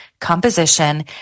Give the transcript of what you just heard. composition